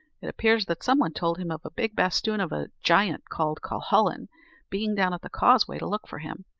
it appears that some one told him of a big basthoon of a giant called cuhullin being down at the causeway to look for him,